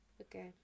Okay